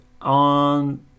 on